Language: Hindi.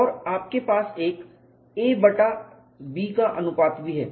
और आपके पास एक a बटा B का अनुपात भी है